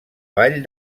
vall